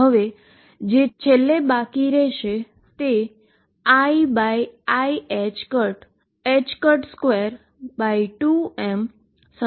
હવે જે છેલ્લે બાકી રહેશે તે i22m ∫2x2x 2x2xψdx છે